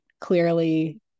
clearly